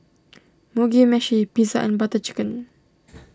Mugi Meshi Pizza and Butter Chicken